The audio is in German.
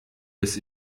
bis